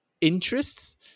interests